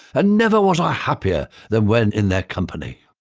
and never was i happier than when in their company.